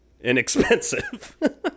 inexpensive